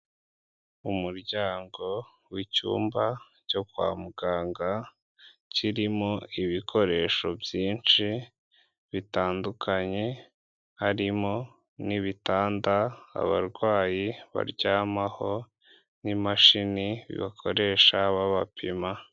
Umuryango w'icyumba cyo kwa muganga kirimo ibikoresho byinshi bitandukanye harimo n'ibitanda abarwayi baryamaho n'imashini bakoresha babapima.